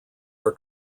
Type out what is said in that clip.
are